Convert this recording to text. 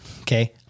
Okay